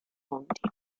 fonti